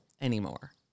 anymore